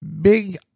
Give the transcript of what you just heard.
big